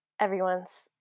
everyone's